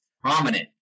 prominent